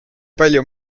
palju